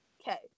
okay